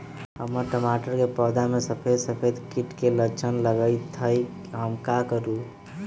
हमर टमाटर के पौधा में सफेद सफेद कीट के लक्षण लगई थई हम का करू?